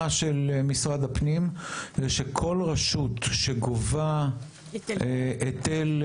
של משרד הפנים שכול רשות שגובה היטל שמירה,